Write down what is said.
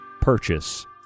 purchase